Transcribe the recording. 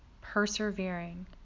persevering